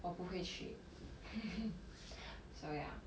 我不会去 so ya